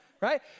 right